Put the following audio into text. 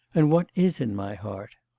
and what is in my heart?